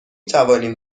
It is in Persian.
توانیم